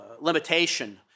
limitation